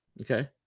okay